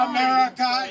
America